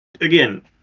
again